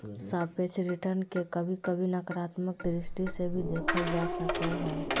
सापेक्ष रिटर्न के कभी कभी नकारात्मक दृष्टि से भी देखल जा हय